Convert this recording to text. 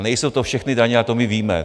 Nejsou to všechny daně a to my víme.